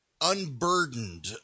unburdened